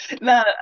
no